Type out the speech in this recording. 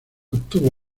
obtuvo